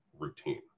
routine